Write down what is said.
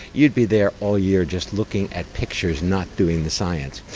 you'd be there all year just looking at pictures, not doing the science.